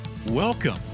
Welcome